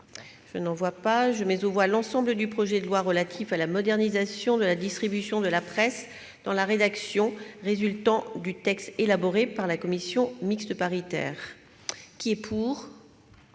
je vais mettre aux voix l'ensemble du projet de loi relatif à la modernisation de la distribution de la presse dans la rédaction résultant du texte élaboré par la commission mixte paritaire. Personne